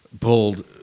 pulled